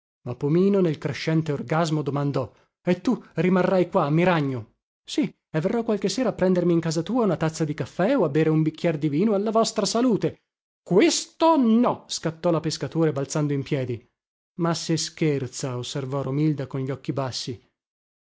pomino nel crescente orgasmo domandò e tu rimarrai qua a miragno sì e verrò qualche sera a prendermi in casa tua una tazza di caffè o a bere un bicchier di vino alla vostra salute questo no scattò la pescatore balzando in piedi ma se scherza osservò romilda con gli occhi bassi